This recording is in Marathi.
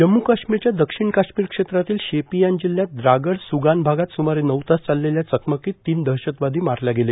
जम्म्र काश्मीरच्या दक्षिण काश्मीर क्षेत्रातील शोपियान जिल्ह्यात द्रागड सुगान भागात सुमारे नऊ तास चाललेल्या चकमकीत तीन दहशतवादी मारले गेले